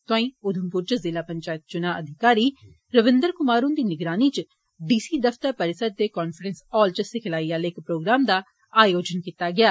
तोआई उघमपुर च जिला पंचैत चुनां अधिकारी रविंदर कुमार हुंदी निगरानी च डी सी दफ्तर परिसर दे काफ्रेंस हाल च सिखलाई आहले इक प्रोग्राम दा आयोजन करोआया गेआ